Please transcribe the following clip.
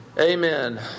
Amen